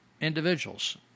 individuals